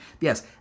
Yes